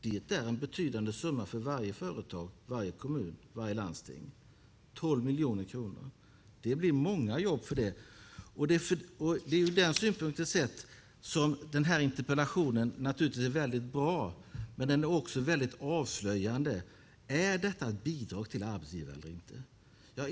Det är en betydande summa för varje företag, varje kommun och varje landsting. 12 miljoner kronor ger många jobb. Det är ur denna synpunkt sett som denna interpellation är så bra. Men den är också avslöjande. Är detta ett bidrag till arbetsgivare eller inte?